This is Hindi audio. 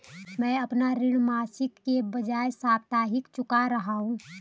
मैं अपना ऋण मासिक के बजाय साप्ताहिक चुका रहा हूँ